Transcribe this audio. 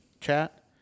chat